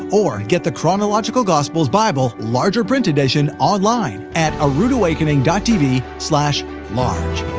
or, get the chronological gospels bible larger print edition online at aroodawakening tv large.